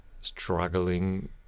struggling